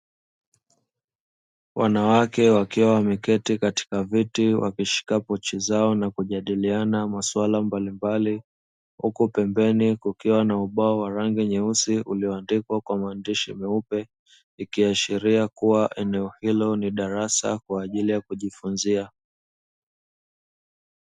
Wanawake wakiwa wameketi katika viti wakishikapochi zao na kujadiliana masuala mbalimbali, huku pembeni kukiwa na ubao wa rangi nyeusi ulioandikwa kwa maandishi meupe, ikiashiria kuwa eneo hilo ni darasa kwa ajili ya kujifunza.